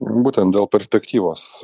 būtent dėl perspektyvos